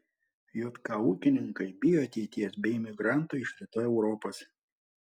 jk ūkininkai bijo ateities be imigrantų iš rytų europos